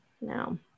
No